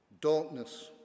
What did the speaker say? Darkness